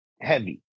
heavy